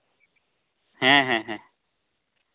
ᱦᱮᱸ ᱦᱮᱸ ᱦᱮᱸ